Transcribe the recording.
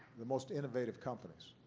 the most innovative companies,